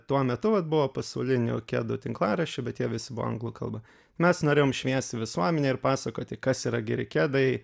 tuo metu vat buvo pasaulinių kedų tinklaraščių bet jie visi buvo anglų kalba mes norėjom šviesti visuomenę ir pasakoti kas yra geri kedai